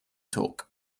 torque